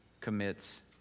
commits